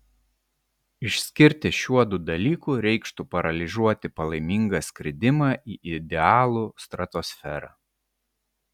išskirti šiuodu dalyku reikštų paralyžiuoti palaimingą skridimą į idealų stratosferą